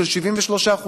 של 73%,